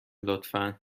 لطفا